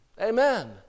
Amen